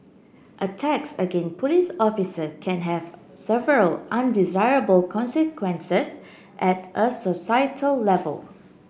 attacks again police officer can have several undesirable consequences at a societal level